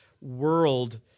world